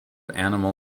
animal